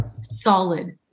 solid